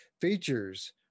features